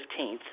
15th